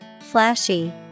flashy